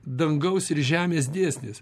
dangaus ir žemės dėsnis